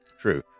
true